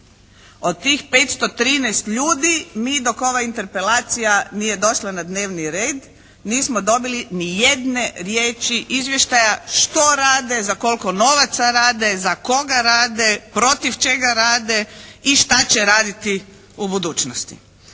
Od tih 513 ljudi mi dok ova interpelacija nije došla na dnevni red, nismo dobili ni jedne riječi izvještaja što rade, za koliko novaca rade, za koga rade, protiv čega rade i šta će raditi u budućnosti.